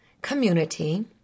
community